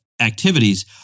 activities